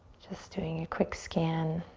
just doing a quick scan.